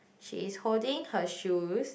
she is holding her shoes